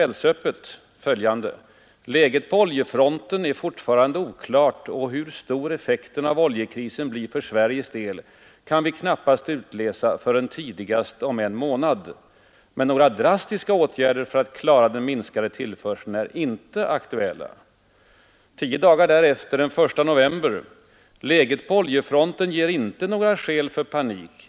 Läget på oljefronten är fortfarande oklart och hur stor effekten av oljekrisen blir för Sveriges del kan vi knappast utläsa förrän tidigast om en månad. Men några drastiska åtgärder för att klara den minskade tillförseln är inte aktuella. Läget på oljefronten ger inte några skäl för panik.